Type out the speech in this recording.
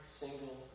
single